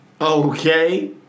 Okay